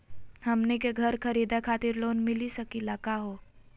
हमनी के घर खरीदै खातिर लोन मिली सकली का हो?